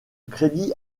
crédit